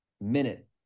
minute